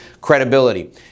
credibility